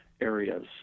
areas